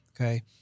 Okay